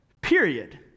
Period